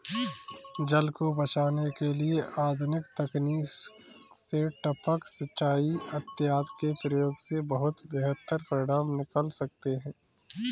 जल को बचाने के लिए आधुनिक तकनीक से टपक सिंचाई इत्यादि के प्रयोग से कुछ बेहतर परिणाम निकल सकते हैं